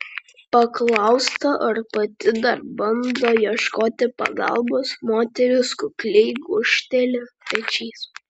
paklausta ar pati dar bando ieškoti pagalbos moteris kukliai gūžteli pečiais